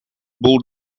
бул